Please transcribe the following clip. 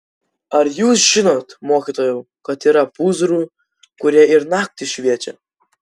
ar jūs žinot mokytojau kad yra pūzrų kurie ir naktį šviečia